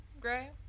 gray